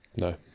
no